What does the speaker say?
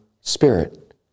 spirit